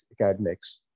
academics